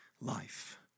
life